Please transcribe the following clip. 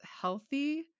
healthy